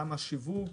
גם השיווק,